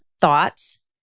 thoughts